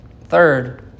Third